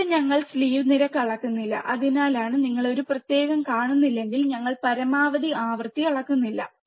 ഇവിടെ ഞങ്ങൾ സ്ലീവ് നിരക്ക് അളക്കുന്നില്ല അതിനാലാണ് നിങ്ങൾ ഒരു പ്രത്യേകം കാണുന്നില്ലെങ്കിൽ ഞങ്ങൾ പരമാവധി ആവൃത്തി അളക്കുന്നില്ല